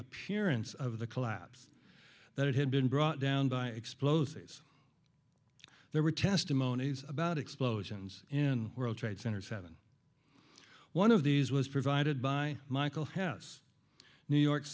appearance of the collapse that had been brought down by explosives there were testimonies about explosions in world trade center seven one of these was provided by michael house new york